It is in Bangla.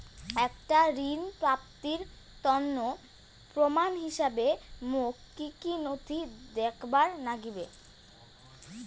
একটা ঋণ প্রাপ্তির তন্ন প্রমাণ হিসাবে মোক কী কী নথি দেখেবার নাগিবে?